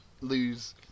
lose